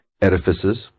edifices